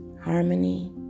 harmony